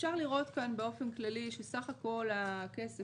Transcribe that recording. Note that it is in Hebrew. אפשר לראות כאן באופן כללי שסך הכול הכסף